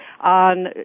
on